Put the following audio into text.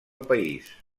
país